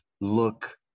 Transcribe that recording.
look